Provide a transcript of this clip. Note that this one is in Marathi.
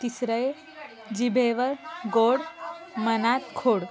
तिसरं आहे जिभेवर गोड मनात खोड